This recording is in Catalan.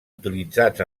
utilitzats